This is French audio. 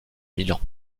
milan